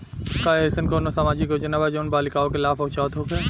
का एइसन कौनो सामाजिक योजना बा जउन बालिकाओं के लाभ पहुँचावत होखे?